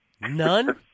None